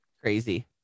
Crazy